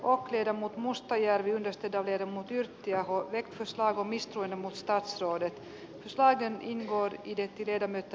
ohjelma mustajärvi yhdistetään jermut yrttiaho perustaa komistui avustaa sodan tuskaa ja nimikoitu kiteytti tiedämme että